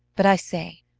but i say,